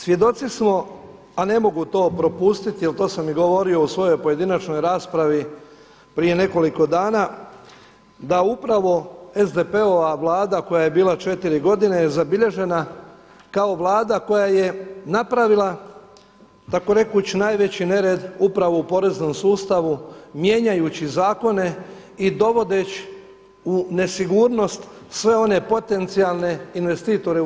Svjedoci smo, a ne mogu to propustiti jel to sam govorio i u svojoj pojedinačnoj raspravi prije nekoliko dana da upravo SDP-ova vlada koja je bila četiri godine je zabilježena kao vlada koja je napravila tako rekuć najveći nered upravo u poreznom sustavu mijenjajući zakone i dovodeći u nesigurnost sve one potencijalne investitore u RH.